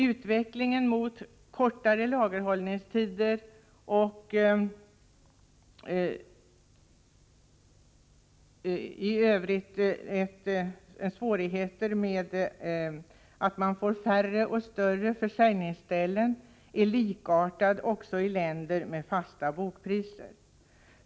Utvecklingen mot kortare lagerhållningstider samt färre och större försäljningsställen är likartad också i länder med fasta bokpriser.